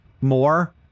more